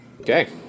Okay